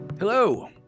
Hello